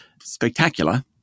spectacular